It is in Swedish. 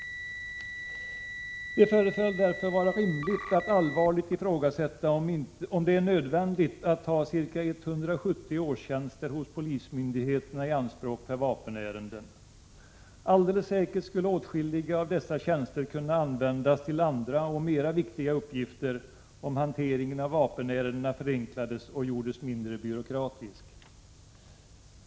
Det förefaller därför vara rimligt att allvarligt ifrågasätta om det är nödvändigt att ta ca 170 årstjänster hos polismyndigheterna i anspråk för vapenärenden. Alldeles säkert skulle åtskilliga av dessa tjänster kunna användas till andra och viktigare uppgifter, om hanteringen av vapenärendena förenklades och gjordes mindre byråkratisk.